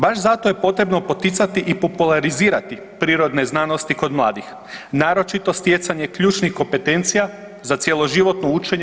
Baš zato je potrebno poticati i popularizirati prirodne znanosti kod mladih, naročito stjecanje ključnih kompetencija za cjeloživotno učenje.